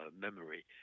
memory